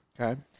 Okay